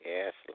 Yes